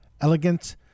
elegant